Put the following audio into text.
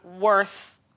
worth